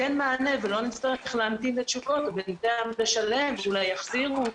שייתן מענה ושלא נצטרך להמתין לתשובות ובינתיים לשלם ואולי יחזירו.